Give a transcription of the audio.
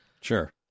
Sure